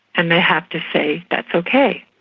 and they have to say that's okay.